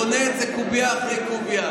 אני בונה את זה קובייה אחרי קובייה.